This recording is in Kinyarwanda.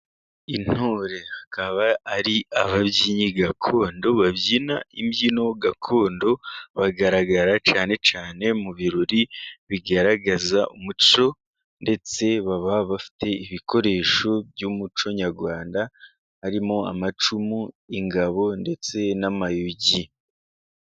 Intore akaba ari ababyinnyi gakondo, babyina imbyino gakondo, bagaragara cyane cyane mu birori bigaragaza umuco, ndetse baba bafite ibikoresho by'umuco nyarwanda, harimo amacumu, ingabo ndetse n'amayugi.